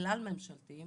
כלל ממשלתי,